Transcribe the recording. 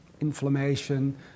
inflammation